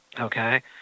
Okay